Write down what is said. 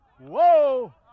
Whoa